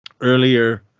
Earlier